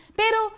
pero